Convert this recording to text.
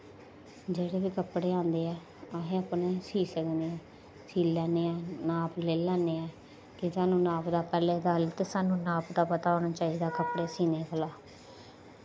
जेह्ड़े बी कपड़े आंदे न अस सीऽ सकने न सीऽ लैन्ने न नाप लेई लैन्ने न कि पैह्लें दा सानूं नाप दा पता होना चाहिदा कपड़े सीने कोला